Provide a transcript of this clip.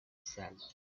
said